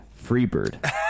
Freebird